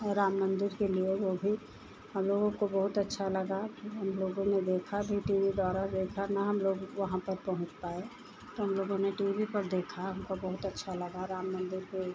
और राम मन्दिर के लिए वह भी हमलोगों को बहुत अच्छा लगा फिर हमलोगों ने देखा भी टी वी द्वारा देखा न हमलोग वहाँ पर पहुँच पाए तो हमलोगों ने टी वी पर देखा हमको बहुत अच्छा लगा राम मन्दिर पर